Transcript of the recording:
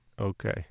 Okay